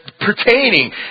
pertaining